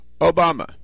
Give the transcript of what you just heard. Obama